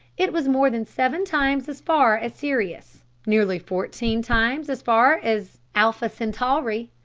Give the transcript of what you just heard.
it was more than seven times as far as sirius, nearly fourteen times as far as alpha centauri,